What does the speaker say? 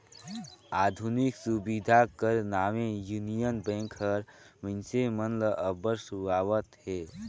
आधुनिक सुबिधा कर नावें युनियन बेंक हर मइनसे मन ल अब्बड़ सुहावत अहे